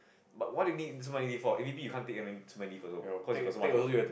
but what do you need so many leave for A_V_P you can't take that so many leave cause you got too much work